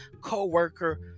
co-worker